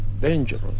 dangerous